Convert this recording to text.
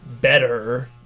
better